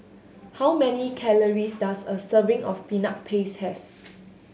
how many calories does a serving of Peanut Paste have